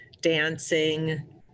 dancing